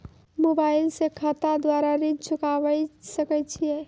Mobile से खाता द्वारा ऋण चुकाबै सकय छियै?